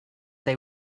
they